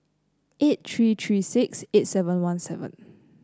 eight three three six eight seven one seven